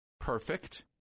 perfect